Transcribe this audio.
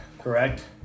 correct